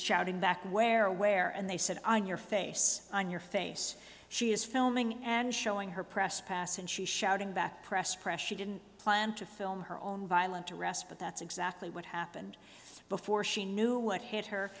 shouting back where aware and they said on your face on your face she is filming and showing her press pass and she shouting back press pressure didn't plan to film her own violent arrest but that's exactly what happened before she knew what hit her